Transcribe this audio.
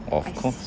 of course